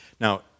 Now